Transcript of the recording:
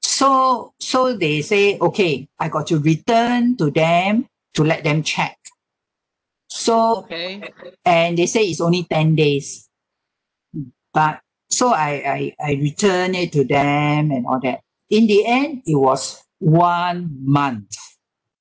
so so they say okay I got to return to them to let them check so and they say is only ten days but so I I I return it to them and all that in the end it was one month